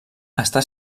està